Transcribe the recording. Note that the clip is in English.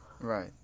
Right